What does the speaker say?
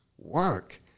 work